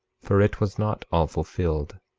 for it was not all fulfilled.